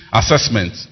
assessment